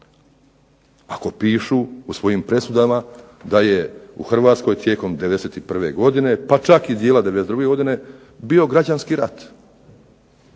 Ako pišu u svojim presudama da je U Hrvatskoj tijekom 91. godine pa čak i dijela 92. godine bio građanski rat,